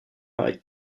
marie